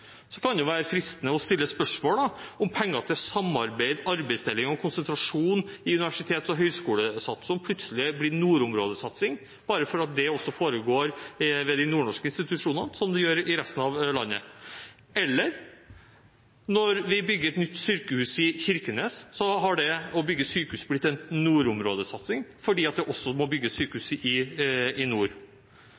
Så kan det være fristende å stille spørsmålet om penger til samarbeid, arbeidsdeling og konsentrasjon i universitets- og høyskolesatsing plutselig er blitt nordområdesatsing bare fordi det foregår ved de nordnorske institusjonene som i resten av landet. Eller når vi bygger et nytt sykehus i Kirkenes, så har det å bygge sykehus blitt en nordområdesatsing, fordi det også må bygges sykehus